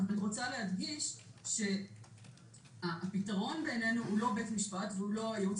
אני רוצה להדגיש שהפתרון בעינינו הוא לא בית המשפט והוא לא הייעוץ